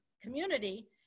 community